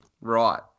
Right